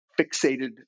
fixated